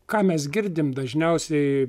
ką mes girdim dažniausiai